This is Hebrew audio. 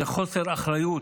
זה חוסר אחריות.